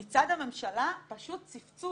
אבל מצד הממשלה פשוט צפצוף.